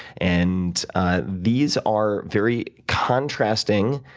and these are very contrasting,